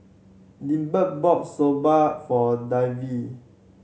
Delbert bought Soba for Davey